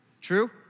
True